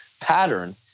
pattern